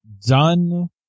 done